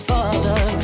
Father